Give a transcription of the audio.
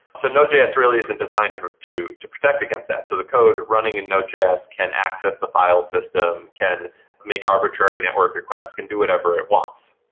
so node js really isn't designed to to protect against that, so the code running in node js can access the file system, can make arbitrary network requests, can do whatever it wants.